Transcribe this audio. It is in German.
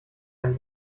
ein